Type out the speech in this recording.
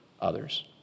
others